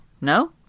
No